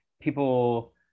people